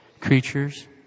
Creatures